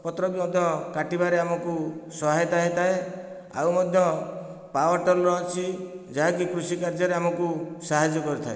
ପତ୍ର ବି ମଧ୍ୟ କାଟିବାରେ ଆମକୁ ସହାୟତା ହୋଇଥାଏ ଆଉ ମଧ୍ୟ ପାୱାରଟିଲର ଅଛି ଯାହାକି କୃଷି କାର୍ଯ୍ୟରେ ଆମକୁ ସାହାଯ୍ୟ କରିଥାଏ